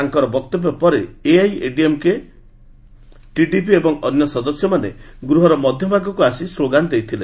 ତାଙ୍କର ବକ୍ତବ୍ୟ ପରେ ଏଆଇଏଡିଏମକେ ଟିଡିପି ଏବଂ ଅନ୍ୟ ସଦସ୍ୟ ମାନେ ଗୃହର ମଧ୍ୟ ଭାଗକୁ ଆସି ସ୍କୋଗାନ ଦେଇଥିଲେ